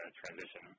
transition